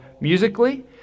musically